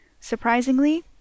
Surprisingly